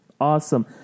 Awesome